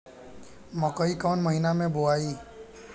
मकई कवना महीना मे बोआइ?